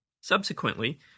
Subsequently